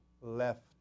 left